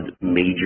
major